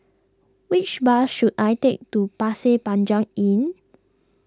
which bus should I take to Pasir Panjang Inn